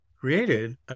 created